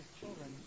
children